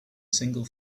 single